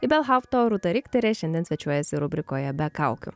ibelhaupto rūta rikterė šiandien svečiuojasi rubrikoje be kaukių